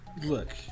look